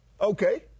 Okay